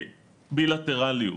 בילטרליות.